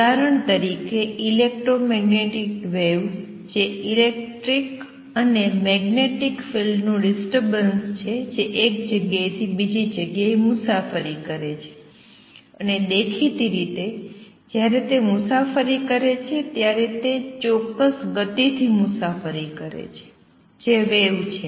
ઉદાહરણ તરીકે electromagnetic waves જે ઇલેક્ટ્રિક અને મેગ્નેટિક ફિલ્ડ નું ડિસ્ટર્બન્સ છે જે એક જગ્યાએથી બીજી જગ્યાએ મુસાફરી કરે છે અને દેખીતી રીતે જ્યારે તે મુસાફરી કરે છે ત્યારે તે ચોક્કસ ગતિથી મુસાફરી કરે છે જે વેવ છે